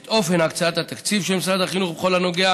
את אופן הקצאת התקציב של משרד החינוך בכל הנוגע